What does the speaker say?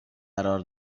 قرار